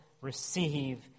receive